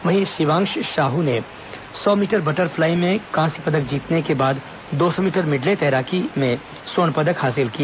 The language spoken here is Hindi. वहीं शिवांक्ष साहू ने सौ मीटर बटर फ्लाई में कांस्य पदक जीतने के बाद दो सौ मीटर मिडले रिले में स्वर्ण पदक हासिल किया